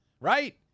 right